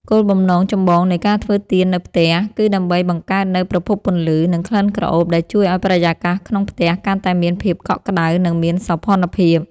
គោលបំណងចម្បងនៃការធ្វើទៀននៅផ្ទះគឺដើម្បីបង្កើតនូវប្រភពពន្លឺ និងក្លិនក្រអូបដែលជួយឱ្យបរិយាកាសក្នុងផ្ទះកាន់តែមានភាពកក់ក្ដៅ និងមានសោភ័ណភាព។